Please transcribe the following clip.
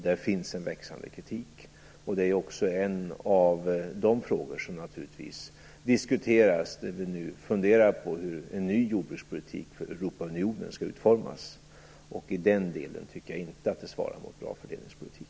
Där finns en växande kritik. Det är också en av de frågor som naturligtvis diskuteras, och där funderar vi nu på hur en ny jordbrukspolitik för Europaunionen skall utformas. I den delen tycker jag inte att det svarar mot bra fördelningspolitik.